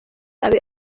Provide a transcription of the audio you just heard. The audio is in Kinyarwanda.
abe